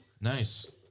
Nice